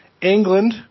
England